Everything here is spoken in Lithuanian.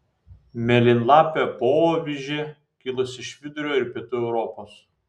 mėlynlapė poavižė kilusi iš vidurio ir pietų europos